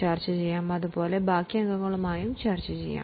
ക്ലാസിലെ മറ്റ് അംഗങ്ങളുമായും നിങ്ങൾക്ക് ചർച്ച ചെയ്യാം